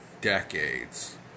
decades